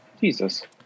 Jesus